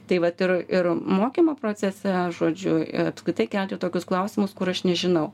tai vat ir ir mokymo procese žodžiu apskritai kelti tokius klausimus kur aš nežinau